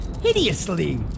hideously